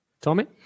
Tommy